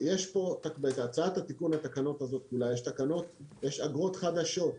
יש פה בהצעת התיקון לתקנות הזאת יש אגרות חדשות,